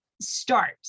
start